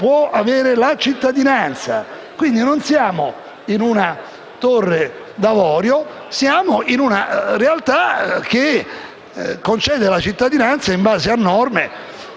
non siamo in una torre d'avorio, ma in una realtà che concede la cittadinanza in base a norme